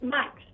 Max